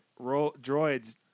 droids